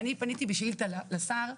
אני פניתי בשאילתה לשר,